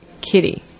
Kitty